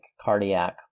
cardiac